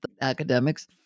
academics